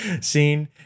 scene